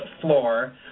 floor